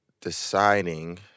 deciding